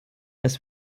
als